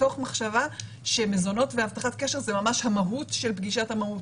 מתוך מחשבה שמזונות והבטחת קשר זה ממש המהות של פגישת המהות.